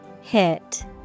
Hit